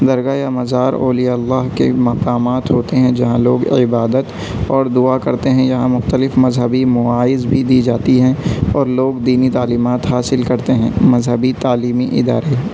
درگاہ یا مزار اولیاء اللہ کے مقامات ہوتے ہیں جہاں لوگ عبادت اور دعا کرتے ہیں یہاں مختلف مذہبی مواعظ بھی دی جاتی ہیں اور لوگ دینی تعلیمات حاصل کرتے ہیں مذہبی تعلیمی ادارے